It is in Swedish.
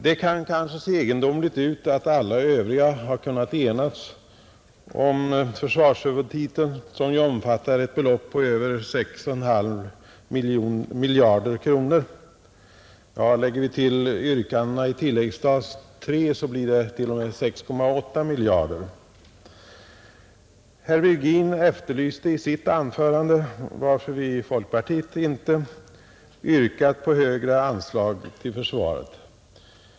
Det kan kanske se egendomligt ut att alla övriga kunnat enas om försvarshuvudtiteln, som ju omfattar ett belopp på 6,5 miljarder kronor — ja, tar vi med yrkandena på tilläggsstat III blir det t.o.m. 6,8 miljarder. Herr Virgin efterlyste i sitt anförande anledningen till att vi i folkpartiet inte yrkat på högre anslag till försvaret.